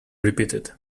repeated